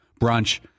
brunch